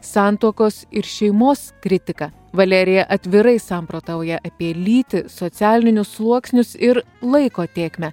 santuokos ir šeimos kritika valerija atvirai samprotauja apie lytį socialinius sluoksnius ir laiko tėkmę